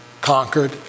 conquered